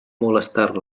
molestar